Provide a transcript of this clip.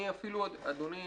אדוני,